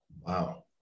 Wow